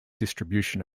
distribution